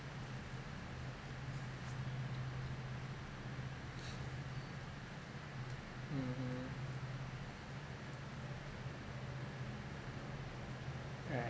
mmhmm right